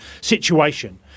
situation